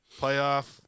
playoff